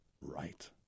right